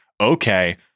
okay